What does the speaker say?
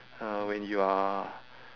uh when you are